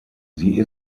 sie